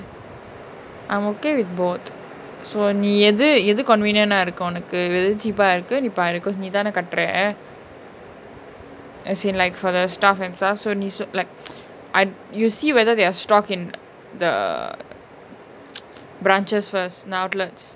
I'm okay with both so நீ எது எது:nee ethu ethu convenient ah இருக்கு ஒனக்கு எது:iruku onaku ethu cheap ah இருக்கு நீ பாரு:iruku nee paaru cause நீதான கட்ர:neethana katra as in like for the stuff and sa~ so நீ:nee so like I'm you see whether they have stock in the branches first the outlet